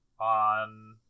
on